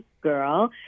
girl